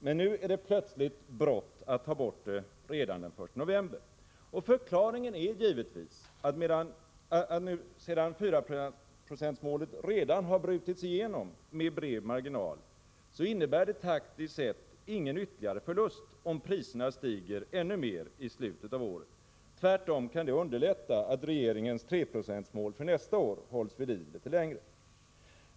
Men nu är det plötsligt brått att ta bort det redan den 1 november. Förklaringen är givetvis att sedan 4-procentsmålet redan har brutits igenom med bred marginal, innebär det taktiskt sett ingen ytterligare förlust, om priserna stiger ännu mer i slutet av året. Tvärtom kan det underlätta att regeringens 3-procentsmål för nästa år hålls vid liv litet längre.